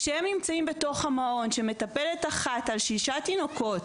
כשהם נמצאים בתוך המעון ויש מטפלת אחת על שישה תינוקות